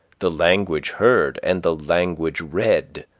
the language heard and the language read.